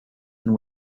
and